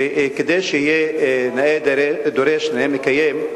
וכדי שיהיה נאה דורש נאה מקיים,